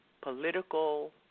Political